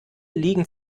liegen